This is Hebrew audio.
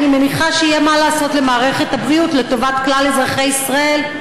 אני מניחה שיהיה למערכת הבריאות מה לעשות בהם לטובת כלל אזרחי ישראל,